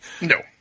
No